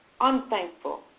unthankful